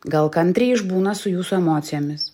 gal kantriai išbūna su jūsų emocijomis